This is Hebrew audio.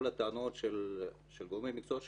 כל הטענות של אנשי המקצוע,